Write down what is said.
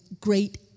great